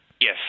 Yes